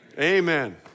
Amen